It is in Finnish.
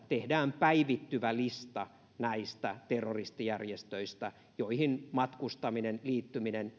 tehdään päivittyvä lista näistä terroristijärjestöistä joihin matkustaminen tai liittyminen